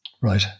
Right